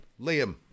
Liam